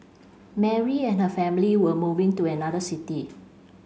Mary and her family were moving to another city